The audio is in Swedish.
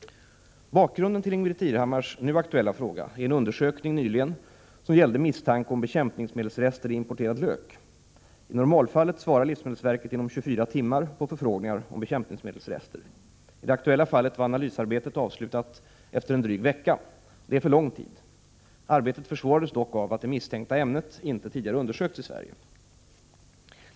Bakgrunden till Ingbritt Irhammars nu aktuella fråga är en undersökning nyligen som gällde misstanke om bekämpningsmedelsrester i importerad lök. I normalfallet svarar livsmedelsverket inom 24 timmar på förfrågningar om bekämpningsmedelsrester. I det aktuella fallet var analysarbetet avslutat efter drygt en vecka. Det är för lång tid. Arbetet försvårades dock av att det misstänkta ämnet inte tidigare undersökts i Sverige.